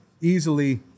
easily